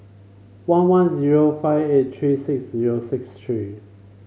one one zero five eight three six zero six three